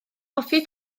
hoffi